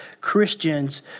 Christians